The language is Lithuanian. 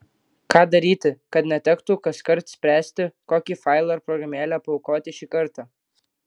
ką daryti kad netektų kaskart spręsti kokį failą ar programėlę paaukoti šį kartą